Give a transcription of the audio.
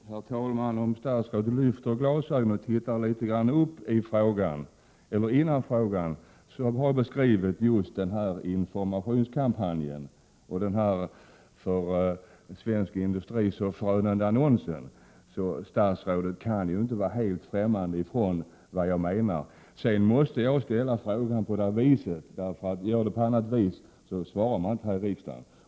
Herr talman! Om statsrådet lyfter glasögonen och tittar på raderna närmast före själva frågan, skall hon finna att jag där har beskrivit den informationskampanj som jag nyss nämnde och den för svensk industri så förödande annonsen. Statsrådet kan inte vara helt ffrämmande för vad jag menar. Sedan är det en annan sak att jag måste ställa frågan så som jag gjorde, för annars får man inget svar här i riksdagen.